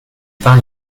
pas